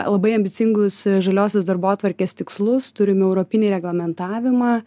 labai ambicingus žaliosios darbotvarkės tikslus turim europinį reglamentavimą